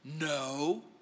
No